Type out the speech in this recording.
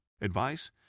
Advice